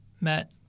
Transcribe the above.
Matt